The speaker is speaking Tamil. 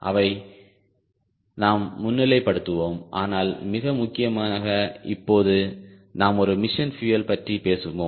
அவை நாம் முன்னிலைப்படுத்துவோம் ஆனால் மிக முக்கியமாக இப்போது நாம் ஒரு மிஷன் பியூயல் பற்றி பேசுவோம்